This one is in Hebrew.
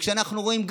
וכשאנחנו רואים,